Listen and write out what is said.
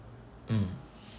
mm